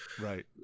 Right